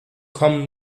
kommen